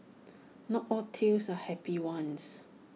not all tales are happy ones